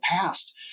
past